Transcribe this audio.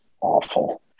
awful